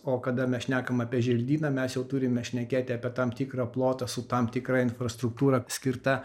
o kada mes šnekam apie želdyną mes jau turime šnekėti apie tam tikrą plotą su tam tikra infrastruktūra skirta